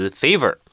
favor